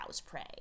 prey